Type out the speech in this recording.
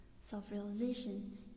self-realization